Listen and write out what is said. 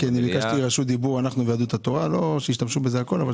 אני ויהדות התורה ביקשנו רשות דיבור במליאה.